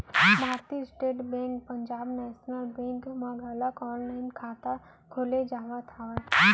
भारतीय state bank Punjab national bank म घलोक ऑनलाईन खाता खोले जावत हवय